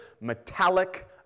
metallic